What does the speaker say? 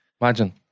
Imagine